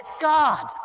God